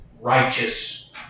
righteous